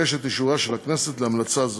אבקש את אישורה של הכנסת להמלצה זו.